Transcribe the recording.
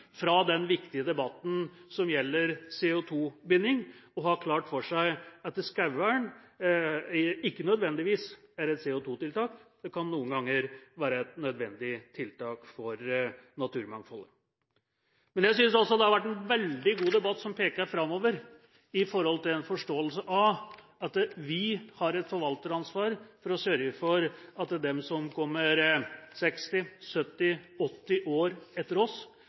fra den viktige debatten som gjelder CO2-binding, og ha klart for seg at skogvern ikke nødvendigvis er et CO2-tiltak, det kan noen ganger være et nødvendig tiltak for naturmangfold. Jeg synes det har vært en veldig god debatt som peker framover med tanke på en forståelse av at vi har et forvalteransvar for å sørge for at dem som kommer 60, 70 og 80 år etter oss,